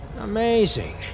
Amazing